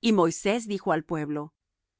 y moisés dijo al pueblo